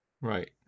Right